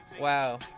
Wow